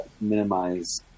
minimize